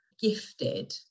gifted